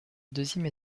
deuxième